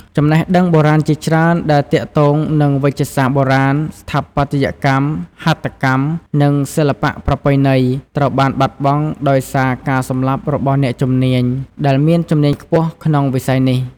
ចំណេះដឹងបុរាណជាច្រើន ដែលទាក់ទងនឹងវេជ្ជសាស្ត្របុរាណ ស្ថាបត្យកម្ម ហត្ថកម្ម និងសិល្បៈប្រពៃណី ត្រូវបានបាត់បង់ដោយសារការស្លាប់របស់អ្នកជំនាញដែលមានជំនាញខ្ពស់ក្នុងវិស័យទាំងនេះ។